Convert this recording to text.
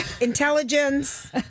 intelligence